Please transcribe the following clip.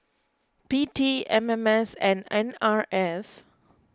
P T M M S and N R F